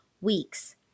weeks